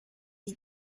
sie